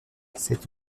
c’est